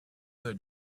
the